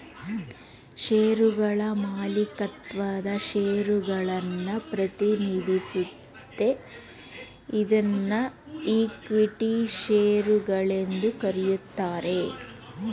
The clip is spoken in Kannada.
ಶೇರುಗಳ ಮಾಲೀಕತ್ವದ ಷೇರುಗಳನ್ನ ಪ್ರತಿನಿಧಿಸುತ್ತೆ ಇದ್ನಾ ಇಕ್ವಿಟಿ ಶೇರು ಗಳೆಂದು ಕರೆಯುತ್ತಾರೆ